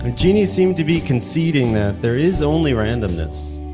but genie seemed to be conceding that there is only randomness,